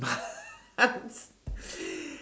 months